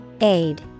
Aid